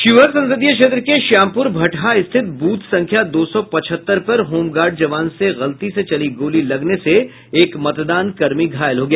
शिवहर संसदीय क्षेत्र के श्यामपुर भटहा स्थित बूथ संख्या दो सौ पचहत्तर पर होमगार्ड जवान से गलती से चली गोली लगने से एक मतदान कर्मी घायल हो गया